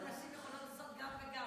אתה יודע, אנחנו הנשים יכולות לעשות גם וגם.